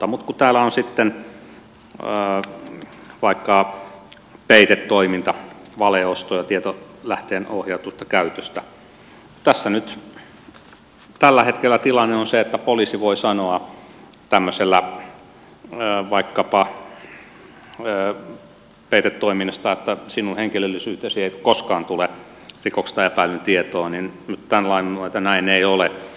mutta kun täällä on sitten vaikka peitetoiminta valeosto ja tietolähteen ohjatusta käytöstä tässä nyt tällä hetkellä tilanne on se että poliisi voi sanoa vaikkapa peitetoiminnasta että sinun henkilöllisyytesi ei koskaan tule rikoksesta epäillyn tietoon niin nyt tämän lain myötä näin ei ole